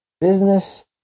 business